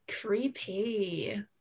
Creepy